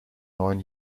neun